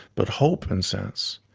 but hope and sense.